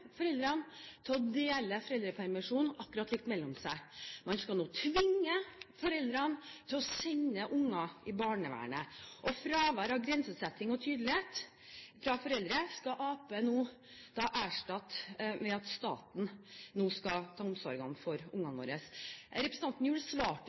foreldrene til å dele foreldrepermisjonen akkurat likt mellom seg. Man skal nå tvinge foreldrene til å sende ungene til barnehagen, og fravær av grensesetting og tydelighet fra foreldre skal Arbeiderpartiet erstatte med at staten nå skal ta omsorgen for ungene våre. Representanten Gjul svarte